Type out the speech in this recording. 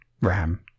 RAM